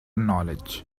knowledge